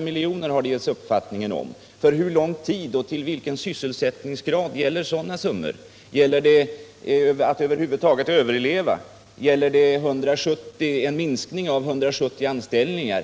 miljoner. För hur lång tid och till vilken sysselsättningsgrad gäller sådana summor? Gäller det att över huvud taget överleva? Gäller det en minskning med 170 anställda?